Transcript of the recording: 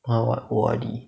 !huh! what O_R_D